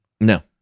No